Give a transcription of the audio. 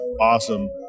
awesome